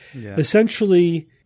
Essentially –